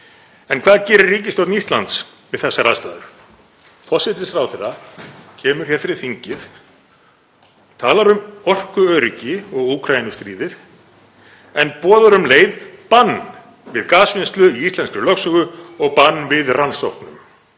En hvað gerir ríkisstjórn Íslands við þessar aðstæður? Forsætisráðherra kemur hér fyrir þingið, talar um orkuöryggi og Úkraínustríðið en boðar um leið bann við gasvinnslu í íslenskri lögsögu og bann við rannsóknum.